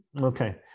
Okay